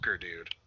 dude